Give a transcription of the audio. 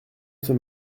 fait